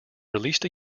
released